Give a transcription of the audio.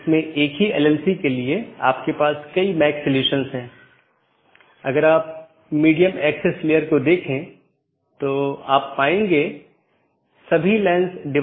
इसलिए जब एक बार BGP राउटर को यह अपडेट मिल जाता है तो यह मूल रूप से सहकर्मी पर भेजने से पहले पथ विशेषताओं को अपडेट करता है